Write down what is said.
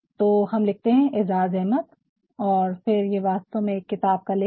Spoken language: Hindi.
तो हम लिखते है ऐजाज़ अहमद और फिर ये वास्तव में एक किताब का लेख है